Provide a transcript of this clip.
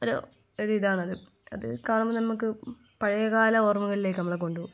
ഒരു ഇതാണത് അത് കാണുമ്പോൾ നമുക്ക് പഴയകാല ഓർമകളിലേക്ക് നമ്മളെ കൊണ്ടുപോകും